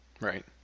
Right